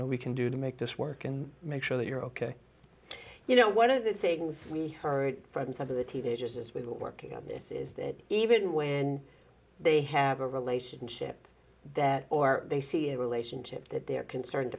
know we can do to make this work and make sure that you're ok you know one of the things we heard from some of the teachers as we were working on this is that even when they have a relationship that or they see a relationship that they're concerned